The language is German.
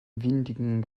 windigen